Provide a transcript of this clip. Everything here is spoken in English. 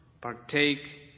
partake